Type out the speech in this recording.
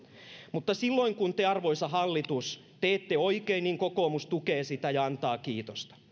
mutta silloin kun te arvoisa hallitus teette oikein kokoomus tukee sitä ja antaa kiitosta